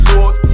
Lord